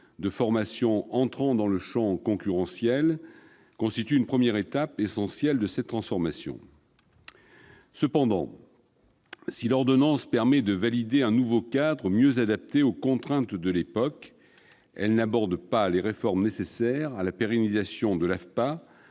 de formation entrant dans le champ concurrentiel constituent une première étape essentielle de cette transformation. Cependant, si l'ordonnance permet de valider un nouveau cadre mieux adapté aux contraintes de l'époque, elle n'aborde pas les réformes nécessaires à la pérennisation de l'AFPA